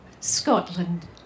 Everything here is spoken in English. Scotland